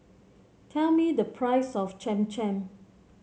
tell me the price of Cham Cham